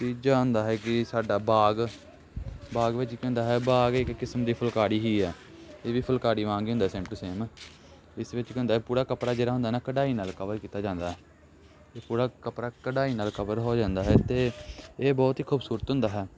ਤੀਜਾ ਹੁੰਦਾ ਹੈ ਕਿ ਸਾਡਾ ਬਾਗ ਬਾਗ ਵਿੱਚ ਕੀ ਹੁੰਦਾ ਹੈ ਬਾਗ ਇੱਕ ਕਿਸਮ ਦੀ ਫੁਲਕਾਰੀ ਹੀ ਹੈ ਇਹ ਵੀ ਫੁਲਕਾਰੀ ਵਾਂਗ ਹੀ ਹੁੰਦਾ ਸੇਮ ਟੂ ਸੇਮ ਇਸ ਵਿੱਚ ਕੀ ਹੁੰਦਾ ਪੂਰਾ ਕੱਪੜਾ ਜਿਹੜਾ ਹੁੰਦਾ ਨਾ ਕਢਾਈ ਨਾਲ ਕਵਰ ਕੀਤਾ ਜਾਂਦਾ ਅਤੇ ਪੂਰਾ ਕੱਪੜਾ ਕਢਾਈ ਨਾਲ ਕਵਰ ਹੋ ਜਾਂਦਾ ਹੈ ਅਤੇ ਇਹ ਬਹੁਤ ਹੀ ਖੂਬਸੂਰਤ ਹੁੰਦਾ ਹੈ